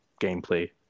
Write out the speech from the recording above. gameplay